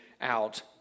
out